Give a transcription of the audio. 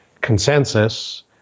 consensus